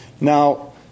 Now